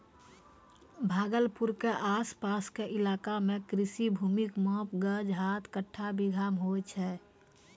भागलपुर के आस पास के इलाका मॅ कृषि भूमि के माप गज, हाथ, कट्ठा, बीघा मॅ होय छै